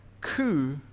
coup